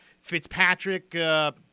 Fitzpatrick –